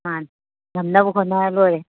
ꯃꯥꯟꯅꯤ ꯉꯝꯅꯕ ꯍꯣꯠꯅꯔꯥ ꯂꯣꯏꯔꯦ